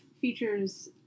features